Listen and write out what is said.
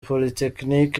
polytechnic